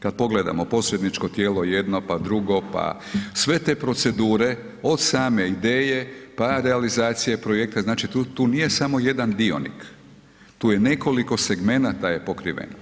Kad pogledamo posredničko tijelo jedno pa drugo, pa sve te procedure od same ideje pa realizacije projekta, znači tu nije samo jedan dionik, tu je nekoliko segmenata je pokriveno.